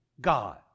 God